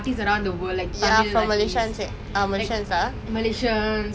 no they no they make another song right the famous [one]